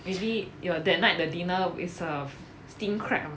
maybe your that night the dinner is a steamed crab ah